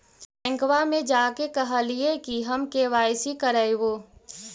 बैंकवा मे जा के कहलिऐ कि हम के.वाई.सी करईवो?